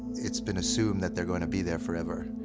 it's been assumed that they're going to be there forever.